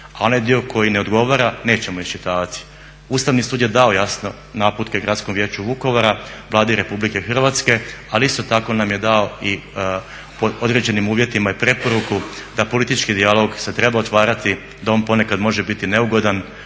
a onaj dio koji ne odgovara nećemo iščitavati. Ustavni sud je dao jasno naputke Gradskom vijeću Vukovara, Vladi Republike Hrvatske ali isto tako nam je dao i pod određenim uvjetima i preporuku da politički dijalog se treba otvarati, da on ponekad može biti neugodan,